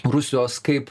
rusijos kaip